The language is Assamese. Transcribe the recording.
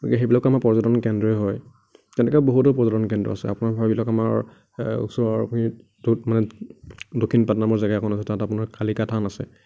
গতিকে সেইবিলাকো আমাৰ পৰ্যটন কেন্দ্ৰই হয় তেনেকৈ বহুতো পৰ্যটন কেন্দ্ৰ আছে আপোনাৰ ভাবি লওক আমাৰ ওচৰৰ এইখিনিত টোত মানে দক্ষিণপাট নামৰ জেগা অকণ আছে তাত আপোনাৰ কালিকা থান আছে